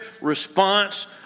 response